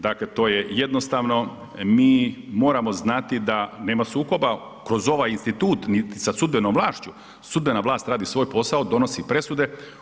Dakle, to je jednostavno mi moramo znati da nema sukoba kroz ovaj institut niti sa sudbenom vlašću, sudbena vlast radi svoj posao donosi presude.